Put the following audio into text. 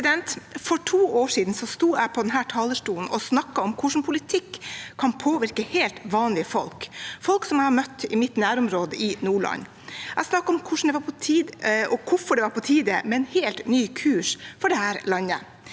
For to år siden sto jeg på denne talerstolen og snakket om hvordan politikk kan påvirke helt vanlige folk – folk jeg har møtt i mitt nærområde i Nordland. Jeg snakket om hvorfor det var på tide med en helt ny kurs for dette landet.